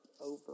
over